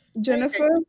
jennifer